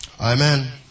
Amen